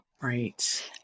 right